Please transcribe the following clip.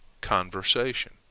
Conversation